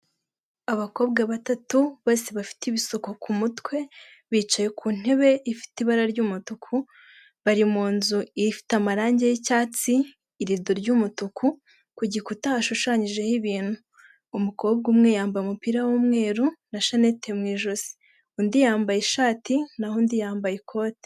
Abakobwa batatu bose bafite ibisuko ku mutwe bicaye ku ntebe ifite ibara ry'umutuku, bari mu nzu ifite amarangi y'icyatsi iredo ry'umutuku, ku gikuta hashushanyijeho ibintu, umukobwa umwe yambaye umupira w'umweru na shananete mu ijosi, undi yambaye ishati naho undi yambaye ikote.